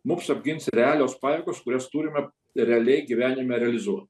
mus apgins realios pajėgos kurias turime realiai gyvenime realizuot